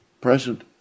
present